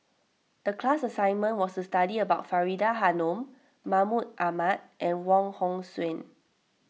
the class assignment was to study about Faridah Hanum Mahmud Ahmad and Wong Hong Suen